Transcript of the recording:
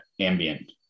ambient